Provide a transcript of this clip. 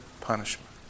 punishment